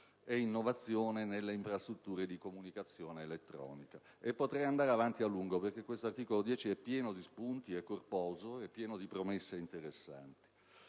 e innovazione nelle infrastrutture di comunicazione elettronica. Potrei andare avanti a lungo, perché questo articolo 10 è corposo e pieno di promesse interessanti: